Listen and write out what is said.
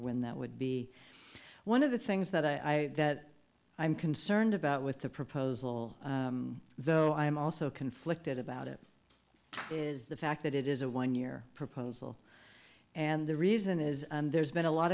when that would be one of the things that i that i'm concerned about with the proposal though i am also conflicted about it is the fact that it is a one year proposal and the reason is there's been a lot